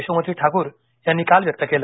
यशोमती ठाकूर यांनी काल व्यक्त केलं